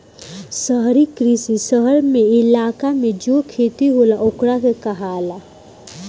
शहरी कृषि, शहर के इलाका मे जो खेती होला ओकरा के कहाला